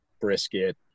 brisket